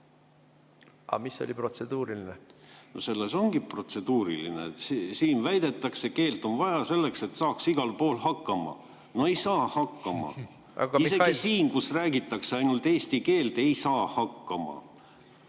Aga mis see protseduuriline küsimus on? Selles ongi protseduuriline küsimus, et siin väidetakse: keelt on vaja selleks, et saaks igal pool hakkama. No ei saa hakkama! Isegi siin, kus räägitakse ainult eesti keeles, ei saa hakkama.